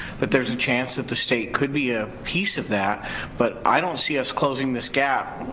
but there's a chance that the state could be a piece of that but i don't see us closing this gap,